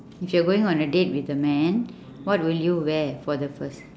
if you're going on a date with a man what will you wear for the first